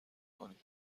کنید